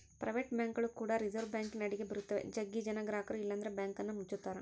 private ಬ್ಯಾಂಕ್ಗಳು ಕೂಡಗೆ reserve ಬ್ಯಾಂಕಿನ ಅಡಿಗ ಬರುತ್ತವ, ಜಗ್ಗಿ ಜನ ಗ್ರಹಕರು ಇಲ್ಲಂದ್ರ ಬ್ಯಾಂಕನ್ನ ಮುಚ್ಚುತ್ತಾರ